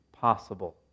possible